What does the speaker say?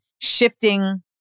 shifting